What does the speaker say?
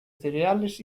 cereales